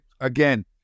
again